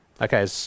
Okay